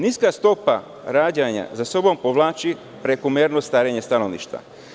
Niska stopa rađanja za sobom povlači prekomerno starenje stanovništva.